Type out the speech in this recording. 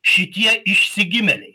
šitie išsigimėliai